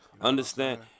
Understand